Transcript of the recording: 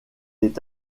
est